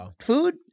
food